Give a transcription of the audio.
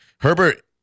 Herbert